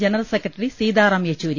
general secretary Sitaram Yechury